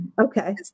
Okay